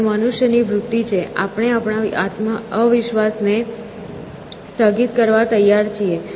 અને મનુષ્યની વૃત્તિ છે આપણે આપણા અવિશ્વાસને સ્થગિત કરવા તૈયાર છીએ